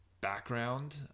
background